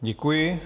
Děkuji.